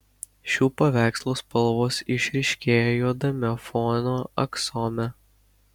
šių paveikslų spalvos išryškėja juodame fono aksome